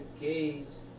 gays